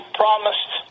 promised